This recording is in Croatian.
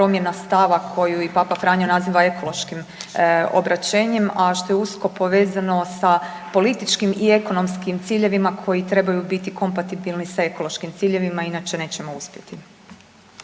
a što je usko povezano sa političkim i ekonomskim ciljevima koji trebaju biti kompatibilni sa ekološkim ciljevima inače nećemo uspjeti.